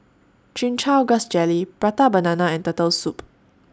Chin Chow Grass Jelly Prata Banana and Turtle Soup